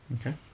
Okay